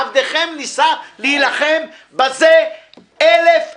עבדכם ניסה להילחם בזה אלף פעם.